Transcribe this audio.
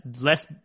less